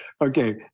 okay